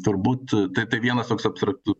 turbūt t t vienas toks apsratų